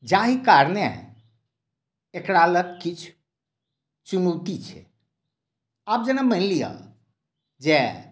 जाहि कारणे एकरा लग किछु चुनौती छै आब जेना मानि लिअ जे